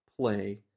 play